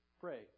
Pray